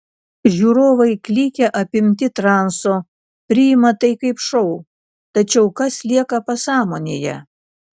žiūrovai klykia apimti transo priima tai kaip šou tačiau kas lieka pasąmonėje